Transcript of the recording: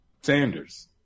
Sanders